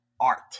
art